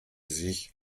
sich